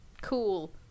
cool